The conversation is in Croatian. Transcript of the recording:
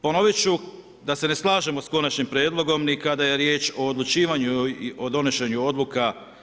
Ponovit ću da se ne slažemo s konačnim prijedlogom ni kada je riječ o odlučivanju i donošenju odluka.